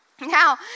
now